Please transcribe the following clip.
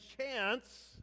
chance